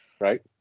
Right